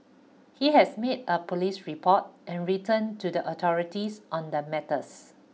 he has made a police report and written to the authorities on the matters